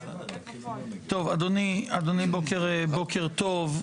טוב, אדוני, בוקר טוב.